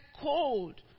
cold